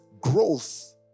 growth